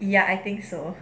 ya I think so